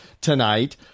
tonight